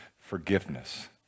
forgiveness